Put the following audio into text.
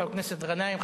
חבר הכנסת גנאים,